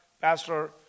Pastor